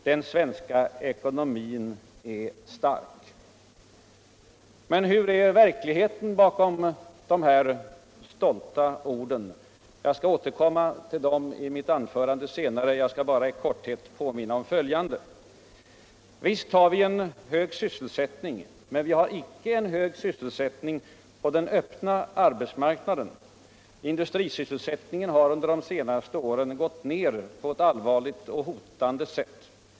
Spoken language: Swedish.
Den svenska ekonomin är stark.” Men hur är verkligheten bakom de stolta orden? Jag skall återkomma till det senare i mitt anförande och vill nu bara påminna om följande. Visst har vi en hög sysselsättning, men vi har icke en hög sysselsättning på den öppna marknaden. Industrisysselsättningen har under de senaste åren gatt ned på eu allvarligt och hotande sätt.